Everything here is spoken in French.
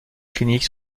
cliniques